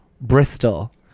Bristol